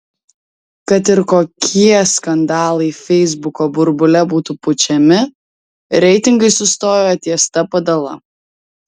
kad ir kokie skandalai feisbuko burbule būtų pučiami reitingai sustojo ties ta padala